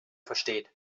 versteht